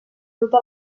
tota